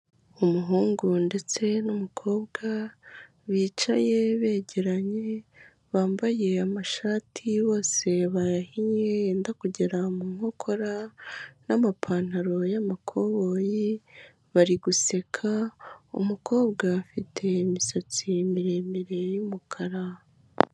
Umuhungu ndetse n' n'umukobwa bicaye begeranye bambaye amashati bose bahinye yenda kugera mu nkokora, n'amapantaro y'amakoboyi bari guseka, umukobwa ufite imisatsi miremire y'umukara.